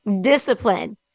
discipline